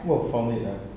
oh found it ah